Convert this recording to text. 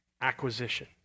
acquisition